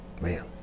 man